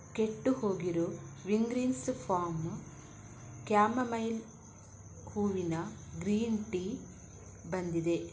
ಕೆಟ್ಟು ಹೋಗಿರೋ Wingreens farm chamomile ಹೂವಿನ ಗ್ರೀನ್ ಟೀ ಬಂದಿದೆ